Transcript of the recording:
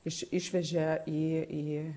iš išvežė į į